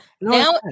Now